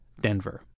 Denver